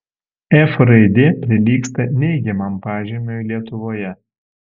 f raidė prilygsta neigiamam pažymiui lietuvoje